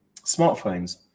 smartphones